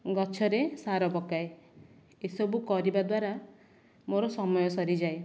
ଗଛରେ ସାର ପକାଏ ଏସବୁ କରିବା ଦ୍ଵାରା ମୋ ସମୟ ସରିଯାଏ